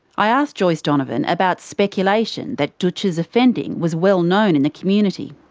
i ask joyce donovan about speculation that dootch's offending was well known in the community.